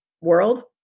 world